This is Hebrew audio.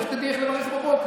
איך תדעי איך לברך בבוקר?